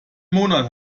monat